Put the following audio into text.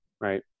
Right